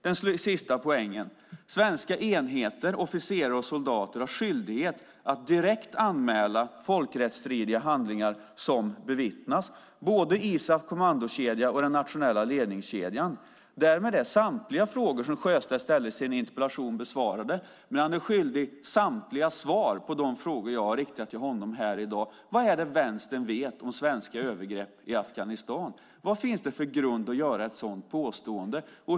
Den sista poängen: Svenska enheter, officerare och soldater har skyldighet att direkt anmäla folkrättsstridiga handlingar som bevittnas, både ISAF:s kommandokedja och den nationella ledningskedjan. Därmed är samtliga frågor som Sjöstedt ställer i sin interpellation besvarade, men han är skyldig svar på samtliga frågor jag har riktat till honom här i dag. Vad är det Vänstern vet om svenska övergrepp i Afghanistan? Vad finns det för grund att göra ett sådant påstående?